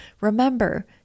remember